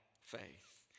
faith